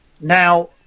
Now